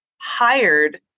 hired